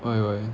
why why